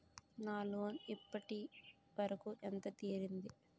నా లోన్ ఇప్పటి వరకూ ఎంత తీరింది?